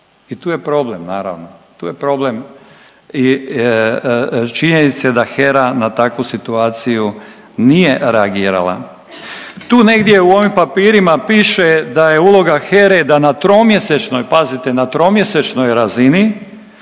i tu je problem naravno, tu je problem i činjenice da HERA na takvu situaciju nije reagirala. Tu negdje u ovim papirima piše da je uloga HERA-e da na tromjesečnoj, pazite